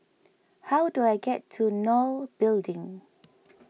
how do I get to Nol Building